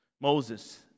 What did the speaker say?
Moses